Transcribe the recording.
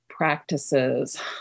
practices